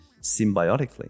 symbiotically